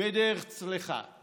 ודרך צלחה.